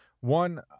One